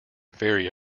vary